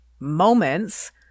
moments